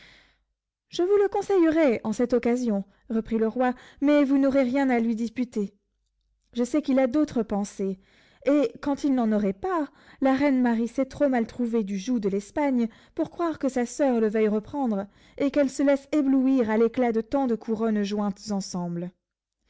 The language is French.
je vous le conseillerais en cette occasion reprit le roi mais vous n'aurez rien à lui disputer je sais qu'il a d'autres pensées et quand il n'en aurait pas la reine marie s'est trop mal trouvée du joug de l'espagne pour croire que sa soeur le veuille reprendre et qu'elle se laisse éblouir à l'éclat de tant de couronnes jointes ensemble